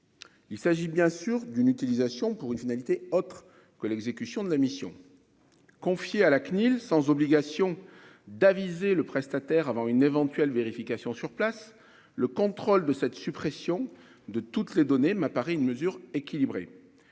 il s'agit bien sûr d'une utilisation pour une finalité autre que l'exécution de la mission confiée à la CNIL, sans obligation d'aviser le prestataire avant une éventuelle vérification sur place, le contrôle de cette suppression de toutes les données ma Paris une mesure équilibré